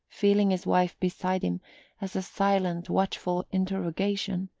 feeling his wife beside him as a silent watchful interrogation,